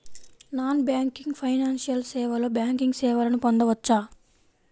Non banking financial సేవలో banking సేవలను పొందవచ్చా?